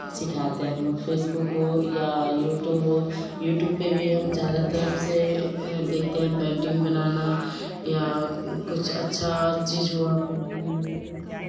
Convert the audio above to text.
सिखाते हैं हम लोग फेसबुक हो या यूट्यूब हो यूट्यूब पे भी हम ज़्यादा तरफ से देखते हैं पेंटिंग बनाना या कुछ अच्छा चीज़ हुआ पेंटिंग में कुछ